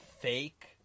fake